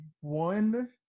one